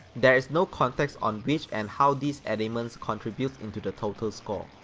there is no context on which and how these elements contributes into the total score,